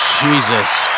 Jesus